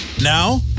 Now